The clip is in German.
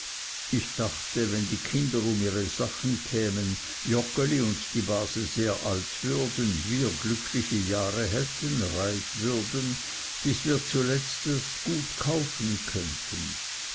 ich dachte wenn die kinder um ihre sache kämen joggeli und die base sehr alt würden wir glückliche jahre hätten reich würden bis wir zuletzt das gut kaufen könnten